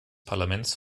parlaments